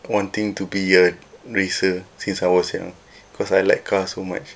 wanting to be a racer since I was young because I like car so much